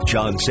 John